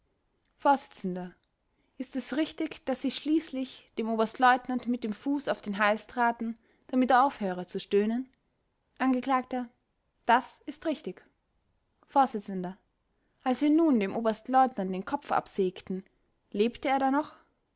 vors ist es richtig daß sie schließlich dem oberstleutnant mit dem fuß auf den hals traten damit er aufhöre zu stöhnen angekl das ist richtig vors als sie nun dem oberstleutnant den kopf absägten lebte er da noch